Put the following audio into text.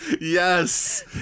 Yes